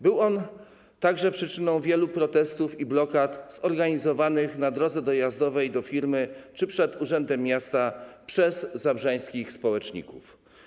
Był on także przyczyną wielu protestów i blokad zorganizowanych na drodze dojazdowej do firmy czy przed urzędem miasta przez zabrzańskich społeczników.